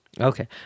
Okay